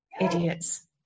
Idiots